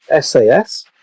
SAS